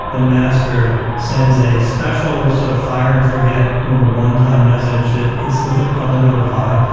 the master sends a special sort of fire and forget one-time message that it's it's ah called a notify.